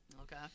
Okay